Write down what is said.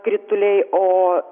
krituliai o